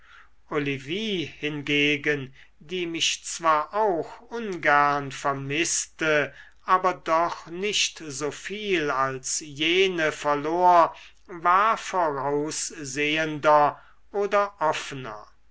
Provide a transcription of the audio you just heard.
olivie hingegen die mich zwar auch ungern vermißte aber doch nicht so viel als jene verlor war voraussehender oder offener